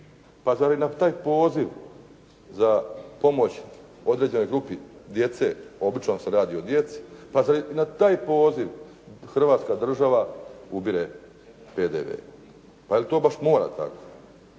Pa zar je na taj poziv za pomoć određenoj grupi djece, obično se radi o djeci, pa zar i na taj poziv Hrvatska država ubire PDV. Pa je li to baš mora tako?